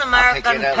American